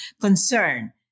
concern